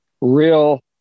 real